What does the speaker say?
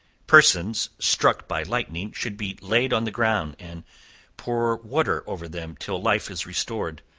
persons struck by lightning should be laid on the ground, and pour water over them till life is restored.